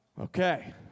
Okay